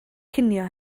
cinio